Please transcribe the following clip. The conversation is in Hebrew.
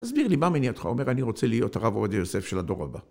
תסביר לי, מה מניע אותך? אומר:"אני רוצה להיות הרב עובדיה יוסף של הדור הבא".